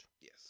Yes